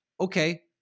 okay